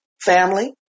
family